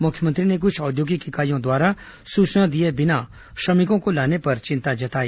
मुख्यमंत्री ने कुछ औद्योगिक इकाइयों द्वारा सूचना दिए बिना श्रमिकों को लाने पर चिंता जताई